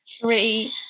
Three